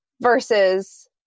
versus